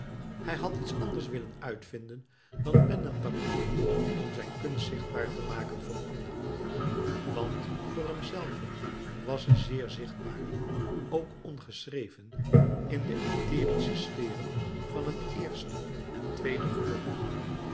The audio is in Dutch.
hij had iets anders willen uitvinden dan pen en papier om zijn kunst zichtbaar te maken voor anderen want voor hemzelven was ze zeer zichtbaar ook ongeschreven in de etherische sferen van het eerste en louis couperus metamorfoze tweede geluk